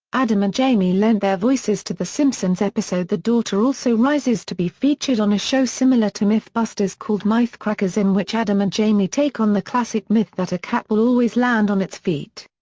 adam and jamie lent their voices to the simpsons episode the daughter also rises to be featured on a show similar to mythbusters called mythcrackers in which adam and jamie take on the classic myth that a cat will always land on its feet.